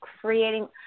creating